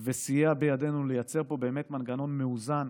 וסייע בידינו לייצר פה באמת מנגנון מאוזן,